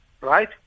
right